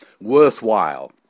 worthwhile